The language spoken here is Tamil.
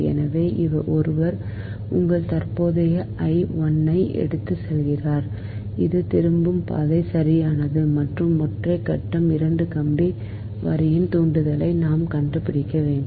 எனவே ஒருவர் உங்கள் தற்போதைய I 1 ஐ எடுத்துச் செல்கிறார் இது திரும்பும் பாதை சரியானது மற்றும் ஒற்றை கட்டம் 2 கம்பி வரியின் தூண்டலை நாம் கண்டுபிடிக்க வேண்டும்